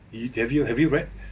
yo~ have you have you read